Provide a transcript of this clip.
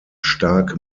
stark